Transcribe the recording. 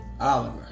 Oliver